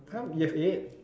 !huh! you have eight